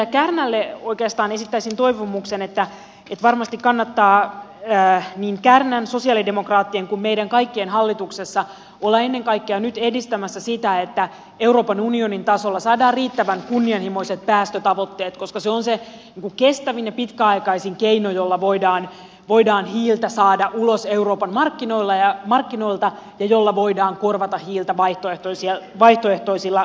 edustaja kärnälle oikeastaan esittäisin toivomuksen että varmasti kannattaa niin kärnän sosialidemokraattien kuin meidän kaikkien hallituksessa olla ennen kaikkea nyt edistämässä sitä että euroopan unionin tasolla saadaan riittävän kunnianhimoiset päästötavoitteet koska se on se kestävin ja pitkäaikaisin keino jolla voidaan hiiltä saada ulos euroopan markkinoilta ja jolla voidaan korvata hiiltä vaihtoehtoisilla polttoaineilla